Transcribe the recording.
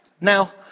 Now